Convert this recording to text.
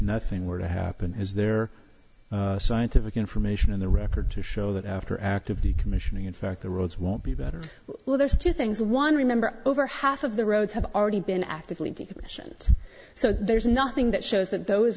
nothing were to happen is there scientific information in the record to show that after commissioning in fact the world's won't be better well there's two things one remember over half of the roads have already been actively decommissioned so there's nothing that shows that those